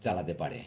চালাতে পারে